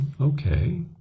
okay